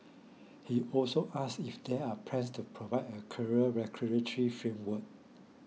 he also asked if there are plans to provide a clearer regulatory framework